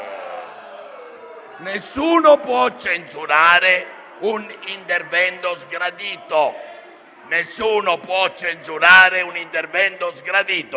Nessuno può censurare un intervento sgradito,